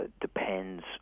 depends